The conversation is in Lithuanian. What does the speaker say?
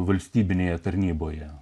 valstybinėje tarnyboje